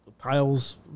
tiles